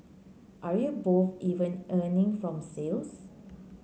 are you both even earning from sales